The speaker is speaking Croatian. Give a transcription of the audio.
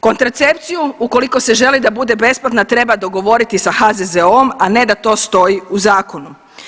Kontracepciju ukoliko se želi da bude besplatna treba dogovoriti sa HZZO-om, a ne da to stoji u zakonu.